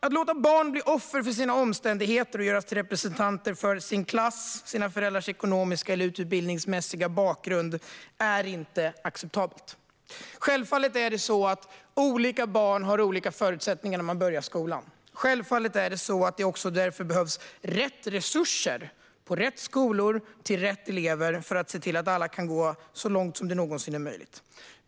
Att låta barn bli offer för sina omständigheter och göras till representanter för sin klass eller sina föräldrars ekonomiska eller utbildningsmässiga bakgrund är inte acceptabelt. Självfallet har olika barn olika förutsättningar när de börjar skolan, och därför behövs rätt resurser, på rätt skolor och till rätt elever, för att se till att alla kan gå så långt som det någonsin är möjligt.